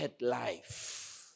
life